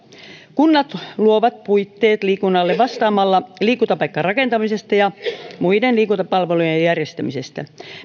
kunnat luovat puitteet liikunnalle vastaamalla liikuntapaikkarakentamisesta ja muiden liikuntapalvelujen järjestämisestä